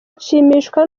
nshimishwa